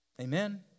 Amen